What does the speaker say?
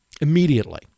immediately